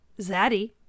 zaddy